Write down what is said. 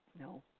No